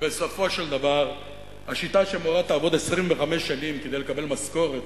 ובסופו של דבר השיטה שמורה תעבוד 25 שנים כדי לקבל משכורת